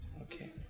Okay